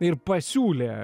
ir pasiūlė